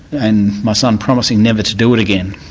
and my son promising never to do it again.